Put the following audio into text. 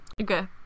Okay